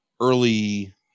early